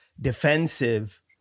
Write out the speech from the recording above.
defensive